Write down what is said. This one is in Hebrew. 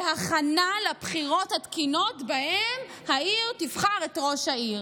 להכנה לבחירות התקינות שבהן העיר תבחר את ראש העיר.